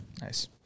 Nice